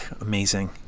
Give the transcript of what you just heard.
amazing